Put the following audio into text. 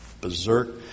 berserk